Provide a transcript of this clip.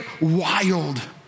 wild